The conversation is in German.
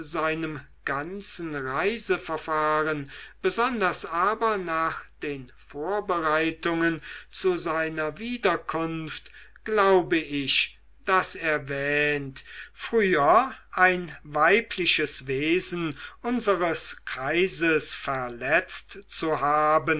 seinem ganzen reiseverfahren besonders aber nach den vorbereitungen zu seiner wiederkunft glaube ich daß er wähnt früher ein weibliches wesen unseres kreises verletzt zu haben